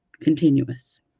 continuous